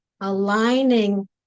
aligning